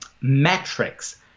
metrics